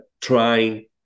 trying